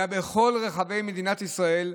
אלא בכל רחבי מדינת ישראל,